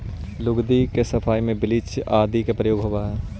लुगदी के सफाई में ब्लीच आदि के प्रयोग होवऽ हई